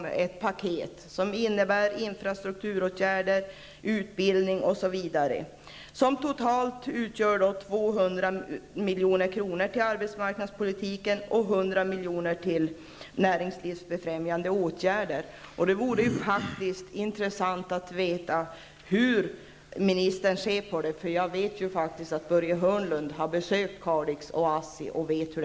Kostnaden för förslaget uppgår till totalt 200 milj.kr. för arbetsmarknadspolitiken och Det vore intressant att få veta hur arbetsmarknadsministern ser på detta. Jag vet att Börje Hörnlund har besökt Kalix och ASSI och att han känner till hur läget är.